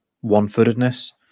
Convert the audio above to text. one-footedness